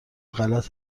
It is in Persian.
غلط